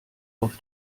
auf